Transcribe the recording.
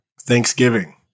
Thanksgiving